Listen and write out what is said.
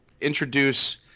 introduce